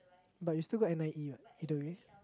but you still go N_I_E what either way